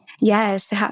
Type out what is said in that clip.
Yes